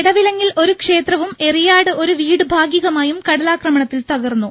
എടവിലങ്ങിൽ ഒരു ക്ഷേത്രവും എറിയാട് ഒരു വീട് ഭാഗികമായും കടലാക്രമണത്തിൽ തകർന്നു